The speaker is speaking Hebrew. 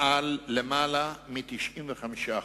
על למעלה מ-95%.